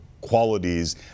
qualities